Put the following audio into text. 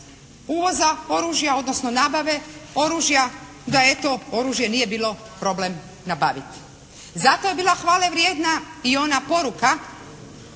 uvoza oružja, odnosno nabave oružja da eto oružje nije bilo problem nabaviti. Zato je bila hvale vrijedna i ona poruka